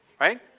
Right